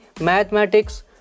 mathematics